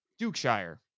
Dukeshire